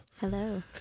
Hello